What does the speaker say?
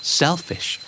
selfish